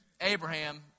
Abraham